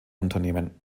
unternehmen